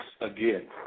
again